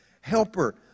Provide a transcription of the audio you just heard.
Helper